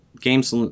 Games